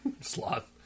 Sloth